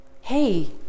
hey